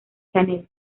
chanel